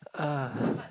uh